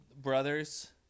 brothers